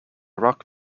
rock